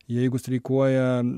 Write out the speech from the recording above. jeigu streikuoja